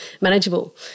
manageable